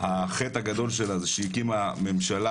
החטא הגדול שלה זה שהיא הקימה ממשלה,